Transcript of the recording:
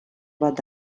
bat